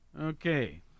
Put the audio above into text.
Okay